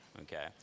okay